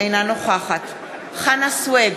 אינה נוכחת חנא סוייד,